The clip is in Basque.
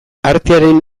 artearen